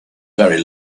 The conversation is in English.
very